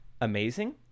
amazing